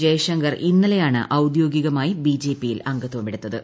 ജയ്ശങ്കർ ഇന്നലെയാണ് ഔദ്യോഗികമായി ബിജെപിയിൽ അംഗത്വമെടുത്തത്